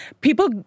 people